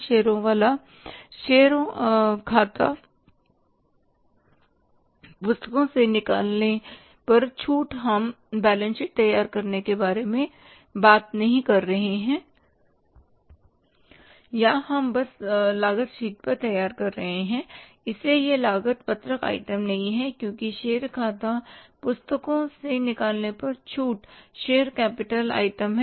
शेयरों खाता पुस्तकों से निकालने पर छूट हम बैलेंस शीट तैयार करने के बारे में बात नहीं कर रहे हैं या हम बस लागत शीट पर तैयार कर रहे हैं इसलिए यह लागत पत्रक आइटम नहीं है क्योंकि शेर खाता पुस्तकों से निकालने पर छूट शेयर कैपिटल आइटमहै